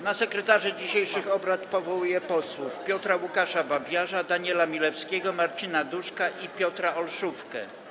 Na sekretarzy dzisiejszych obrad powołuję posłów Piotra Łukasza Babiarza, Daniela Milewskiego, Marcina Duszka i Piotra Olszówkę.